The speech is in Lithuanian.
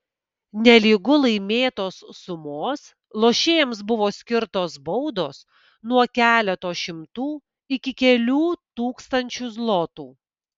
nelygu laimėtos sumos lošėjams buvo skirtos baudos nuo keleto šimtų iki kelių tūkstančių zlotų